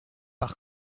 par